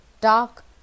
dark